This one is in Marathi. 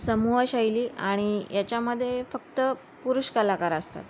समूह शैली आणि याच्यामध्ये फक्त पुरुष कलाकार असतात